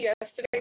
yesterday